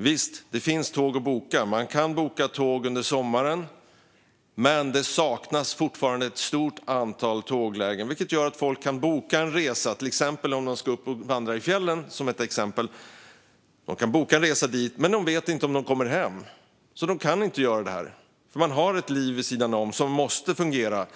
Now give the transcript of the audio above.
Visst finns det tåg att boka. Man kan boka tåg under sommaren. Men det saknas fortfarande ett stort antal tåglägen. Detta gör att folk som till exempel ska upp och vandra i fjällen kan boka en resa dit, men de vet inte om de kommer hem. De kan inte göra detta, eftersom de har ett liv vid sidan om som måste fungera.